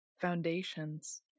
Foundations